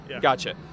Gotcha